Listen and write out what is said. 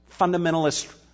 fundamentalist